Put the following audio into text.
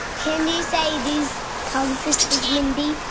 can you say these tongue twisters, mindy?